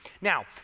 now